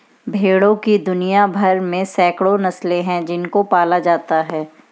भेड़ों की दुनिया भर में सैकड़ों नस्लें हैं जिनको पाला जाता है